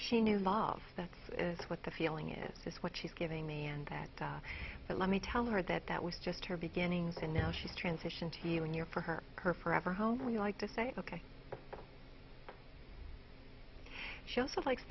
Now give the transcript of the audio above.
she knew bob that's is what the feeling is this what she's giving me and that let me tell her that that was just her beginnings and now she's transition to you and your for her her forever home we like to say ok she also likes